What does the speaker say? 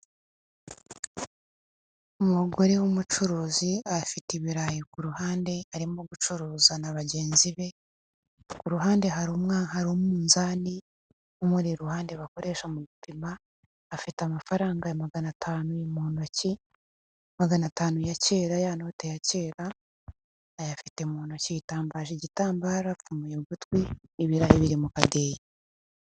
Umugore w'umucuruzi afite ibirayi ku ruhande arimo gucuruza na bagenzi be, ku ruhande hari umwana hari umunzani umuri iruhande bakoresha mu gupima afite amafaranga magana atanu mu ntoki, magana atanu ya kera ya note ya kera ayafite mu ntoki yitambaje igitambara apfumuye ugutwi, ibirayi biri mu kadeyi.